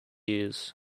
years